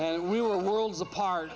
and we were worlds apart